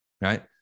Right